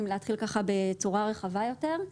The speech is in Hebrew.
אם להתחיל בצורה רחבה יותר,